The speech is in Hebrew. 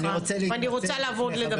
ואני רוצה לעבור לדוד.